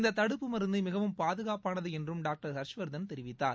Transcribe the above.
இந்த தடுப்பு மருந்து மிகவும் பாதுகாப்பானது என்றும் டாக்டர் ஹர்ஷ்வர்தன் தெரிவித்தார்